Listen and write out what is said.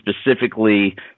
specifically